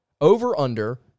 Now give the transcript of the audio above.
Over-under